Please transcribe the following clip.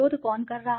शोध कौन कर रहा है